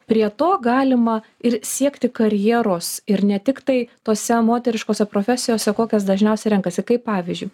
prie to galima ir siekti karjeros ir ne tiktai tose moteriškose profesijose kokias dažniausiai renkasi kaip pavyzdžiui